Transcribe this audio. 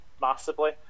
massively